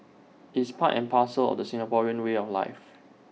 it's part and parcel of the Singaporean way of life